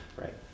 right